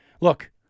Look